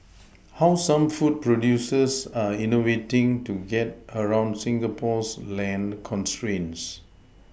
how some food producers are innovating to get around Singapore's land constraints